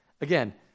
again